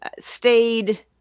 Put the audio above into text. stayed